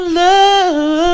love